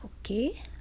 okay